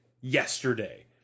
yesterday